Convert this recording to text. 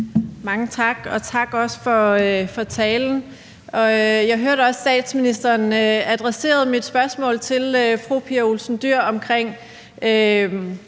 Mange tak og også tak for talen. Jeg hørte, at statsministeren adresserede mit spørgsmål til fru Pia Olsen Dyhr om